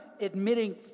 admitting